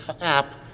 app